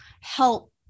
help